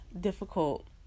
difficult